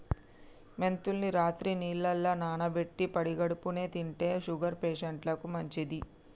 మెంతుల్ని రాత్రి నీళ్లల్ల నానబెట్టి పడిగడుపున్నె తింటే షుగర్ పేషంట్లకు మంచిది